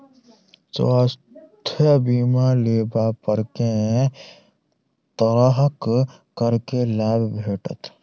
स्वास्थ्य बीमा लेबा पर केँ तरहक करके लाभ भेटत?